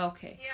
Okay